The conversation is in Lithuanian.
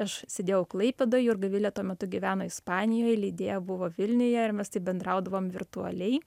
aš sėdėjau klaipėdoj jurga vilė tuo metu gyveno ispanijoj lidija buvo vilniuje ir mes taip bendraudavom virtualiai